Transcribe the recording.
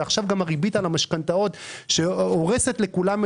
ועכשיו גם הריבית על המשכנתאות שהורסת לכולם,